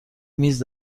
میز